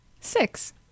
Six